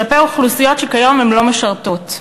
כלפי אוכלוסיות שכיום לא משרתות.